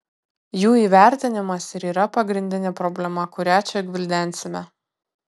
jų įvertinimas ir yra pagrindinė problema kurią čia gvildensime